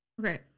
Okay